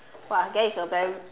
!wah! that is a very